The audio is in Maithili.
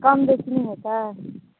कम बेसी नहि हेतै